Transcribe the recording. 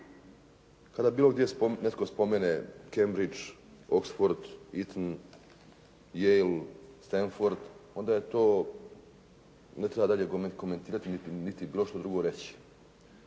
Kada bilo gdje netko spomene Cambridge, Oxford, Ethan, Yale, Stanford onda to ne treba dalje komentirati niti bilo što drugo reći.